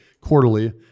Quarterly